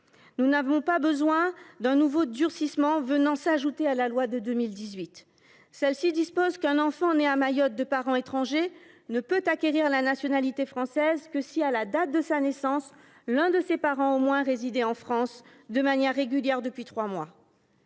Nous n’avons pas besoin de prévoir un nouveau durcissement de la loi Asile et Immigration de 2018. Celle ci dispose qu’un enfant né à Mayotte de parents étrangers ne peut acquérir la nationalité française que si, à la date de sa naissance, l’un de ses parents au moins résidait en France de manière régulière depuis trois mois.